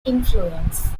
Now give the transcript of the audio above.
influence